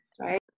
right